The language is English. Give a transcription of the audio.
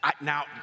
Now